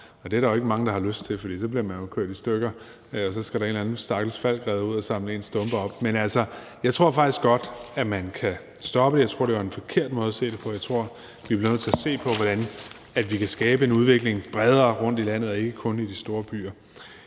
Og det er der ikke mange der har lyst til, for så bliver man jo kørt i stykker, og så skal der en eller anden stakkels falckredder ud og samle ens stumper op. Men altså, jeg tror faktisk godt, at man kan stoppe. Jeg tror, det var en forkert måde at se det på. Jeg tror, vi bliver nødt til at se på, hvordan vi kan skabe en udvikling bredere rundt i landet og ikke kun i de store byer.